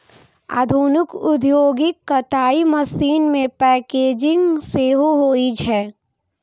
आधुनिक औद्योगिक कताइ मशीन मे पैकेजिंग सेहो होइ छै